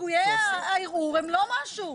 סיכויי הערעור הם לא משהו.